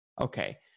Okay